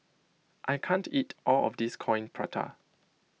I can't eat all of this Coin Prata